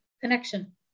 connection